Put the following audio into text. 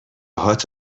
هات